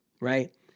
right